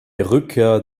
rückkehr